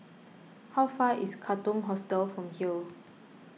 how far away is Katong Hostel from here